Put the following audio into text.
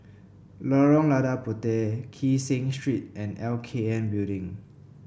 Lorong Lada Puteh Kee Seng Street and L K N Building